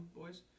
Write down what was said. boys